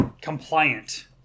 compliant